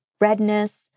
redness